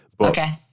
Okay